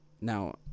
Now